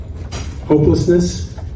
hopelessness